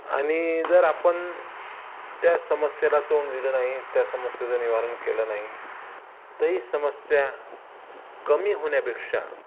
आणि जर आपण त्या समस्याला तोंड दिलं नाही त्या समस्याचं निवारण केलं नाही तर ही समस्या कमी होण्यापेक्षा